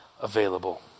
available